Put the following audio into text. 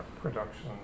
production